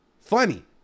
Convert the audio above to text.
funny